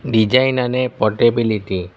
design અને portability